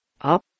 up